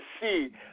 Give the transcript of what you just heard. see